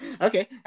okay